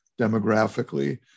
demographically